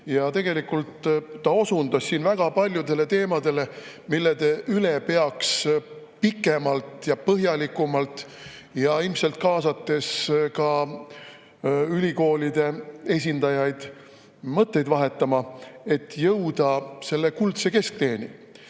Tegelikult ta osundas siin väga paljudele teemadele, mille üle peaks pikemalt ja põhjalikumalt ja ilmselt ka ülikoolide esindajaid kaasates mõtteid vahetama, et jõuda kuldse keskteeni. Mis